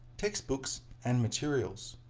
textbooks, and materials.